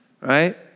Right